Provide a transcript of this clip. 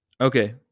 Okay